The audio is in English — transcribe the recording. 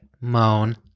moan